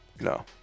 No